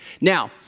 Now